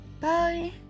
bye